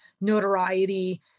notoriety